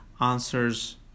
answers